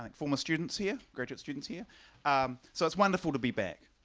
like former students here, graduate students here so it's wonderful to be back.